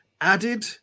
added